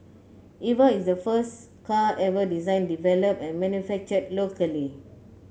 Eva is the first car ever designed developed and manufactured locally